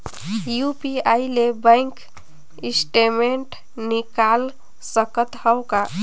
UPI ले bank statement निकाल सकत हवं का?